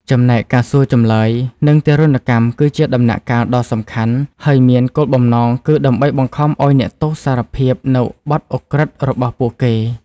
ចំណែកការសួរចម្លើយ និងទារុណកម្ម គឺជាដំណាក់កាលដ៏សំខាន់ ហើយមានគោលបំណងគឺដើម្បីបង្ខំឱ្យអ្នកទោស "សារភាព" នូវបទឧក្រិដ្ឋរបស់ពួកគេ។